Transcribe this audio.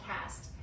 Cast